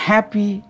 Happy